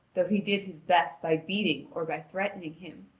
though he did his best by beating or by threatening him,